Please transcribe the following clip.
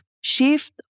shift